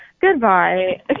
goodbye